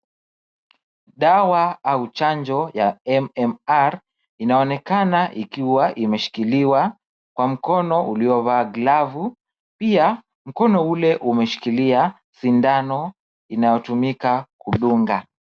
Dawa au chanjo ya MMR inaonekana ikiwa imeshikiliwa kwa mkono uliovaa glavu, pia mkono ule umeshikilia sindano inayotumika kudunga.